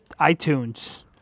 iTunes